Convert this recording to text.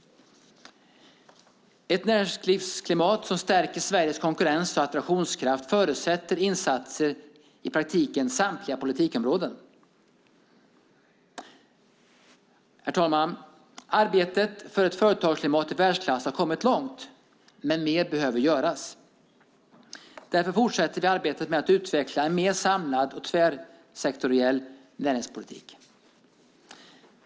Ett näringslivsklimat som stärker Sveriges konkurrens och attraktionskraft förutsätter insatser inom i praktiken samtliga politikområden. Herr talman! Arbetet för ett företagsklimat i världsklass har kommit långt, men mer behöver göras. Därför fortsätter vi arbetet med att utveckla en mer samlad och tvärsektoriell näringspolitik.